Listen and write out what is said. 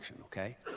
Okay